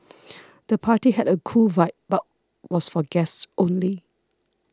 the party had a cool vibe but was for guests only